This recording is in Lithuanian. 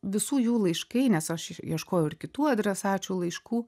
visų jų laiškai nes aš ieškojau ir kitų adresačių laiškų